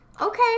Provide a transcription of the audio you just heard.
Okay